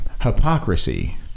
hypocrisy